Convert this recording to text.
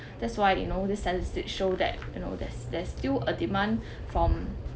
that's why you know this statistics show that you know there's there's still a demand from